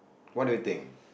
what do you think